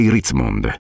Ritzmond